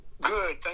Good